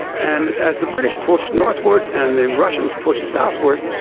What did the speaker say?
and as the british pushed northward and the russians pushed southward,